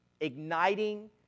igniting